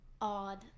odd